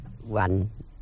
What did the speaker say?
one